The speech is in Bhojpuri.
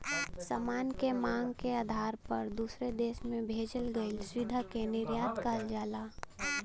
सामान के मांग के आधार पर दूसरे देश में भेजल गइल सुविधा के निर्यात कहल जाला